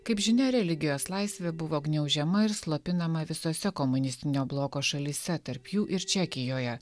kaip žinia religijos laisvė buvo gniaužiama ir slopinama visose komunistinio bloko šalyse tarp jų ir čekijoje